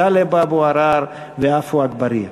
טלב אבו עראר ועפו אגבאריה.